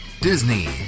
disney